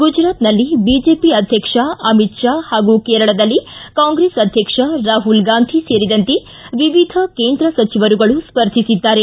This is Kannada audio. ಗುಜರಾತ್ನಲ್ಲಿ ಬಿಜೆಪಿ ಅಧ್ಯಕ್ಷ ಅಮಿತ್ ಷಾ ಹಾಗೂ ಕೇರಳದಲ್ಲಿ ಕಾಂಗ್ರೆಸ್ ಅಧ್ಯಕ್ಷ ರಾಹುಲ್ ಗಾಂಧಿ ಸೇರಿದಂತೆ ವಿವಿಧ ಕೇಂದ್ರ ಸಚಿವರುಗಳು ಸ್ವರ್ಧಿಸಿದ್ದಾರೆ